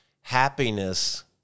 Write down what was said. happiness